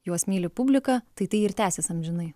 juos myli publika tai tai ir tęsis amžinai